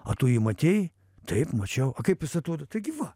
a tu jį matei taip mačiau a kaip jis atrodo tai gi va